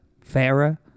fairer